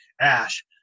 Ash